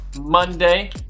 Monday